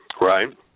Right